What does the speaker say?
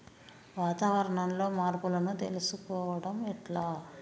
వాతావరణంలో మార్పులను తెలుసుకోవడం ఎట్ల?